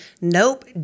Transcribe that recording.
nope